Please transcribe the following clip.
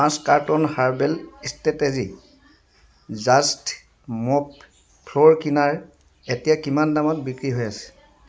পাঁচ carton herbal strategy just mop floor cleaner এতিয়া কিমান দামত বিক্ৰী হৈ আছে